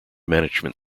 management